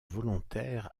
volontaire